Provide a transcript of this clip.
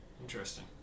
Interesting